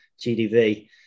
GDV